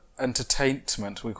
entertainment